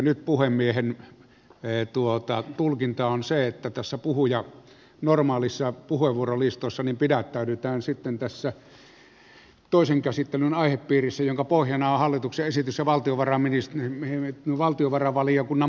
nyt puhemiehen tulkinta on se että tässä normaalissa puheenvuorolistassa pidättäydytään sitten tässä toisen käsittelyn aihepiirissä jonka pohjana on hallituksen esitys ja valtiovarainvaliokunnan mietintö